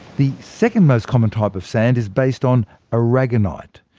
the second most common type of sand is based on aragonite,